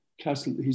Castle